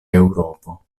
eŭropo